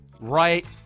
right